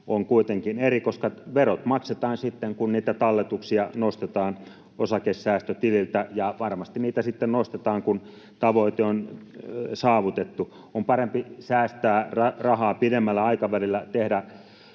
on kuitenkin eri, koska verot maksetaan sitten, kun niitä talletuksia nostetaan osakesäästötililtä. Ja varmasti niitä sitten nostetaan, kun tavoite on saavutettu. On parempi säästää rahaa pidemmällä aikavälillä, tehdä